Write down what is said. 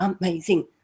amazing